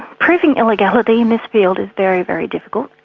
proving illegality in this field is very, very difficult.